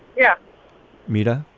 yeah mehta